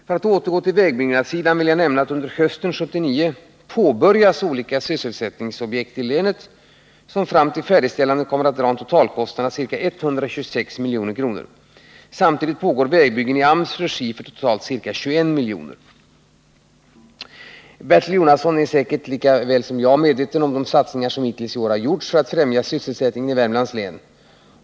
För att återgå till vägbyggnadssidan vill jag nämna att under hösten 1979 påbörjas olika sysselsättningsobjekt i länet, som fram till färdigställande kommer att dra en totalkostnad av ca 126 milj.kr. Samtidigt pågår vägbyggen i AMS regi för totalt ca 21 milj.kr. Bertil Jonasson är säkert lika väl som jag medveten om de satsningar som hittills i år har gjorts för att främja sysselsättningen i Värmlands län.